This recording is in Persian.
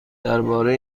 درباره